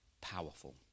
powerful